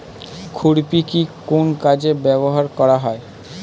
খুরপি কি কোন কাজে ব্যবহার করা হয়?